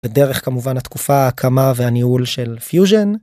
ודרך כמובן התקופה ההקמה והניהול של פיוז'ן.